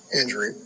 injury